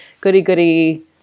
goody-goody